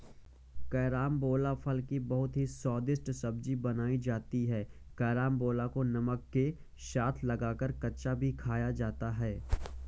carambola फल की बहुत ही स्वादिष्ट सब्जी बनाई जाती है कैरमबोला को नमक के साथ लगाकर कच्चा भी खाया जाता है